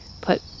put